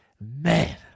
Man